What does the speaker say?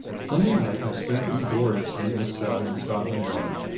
sunday night i spent ingloriously in a cell in scotland yard.